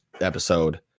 episode